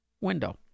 window